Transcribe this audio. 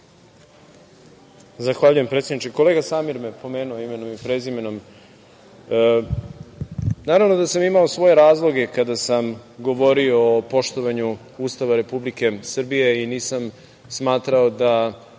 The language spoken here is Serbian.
Zahvaljujem predsedniče. Kolega Samir me je pomenuo imenom i prezimenom. Naravno da sam imao svoje razloge kada sam govorio o poštovanju Ustava Republike Srbije i nisam smatrao da